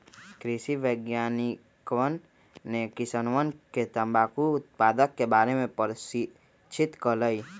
कृषि वैज्ञानिकवन ने किसानवन के तंबाकू उत्पादन के बारे में प्रशिक्षित कइल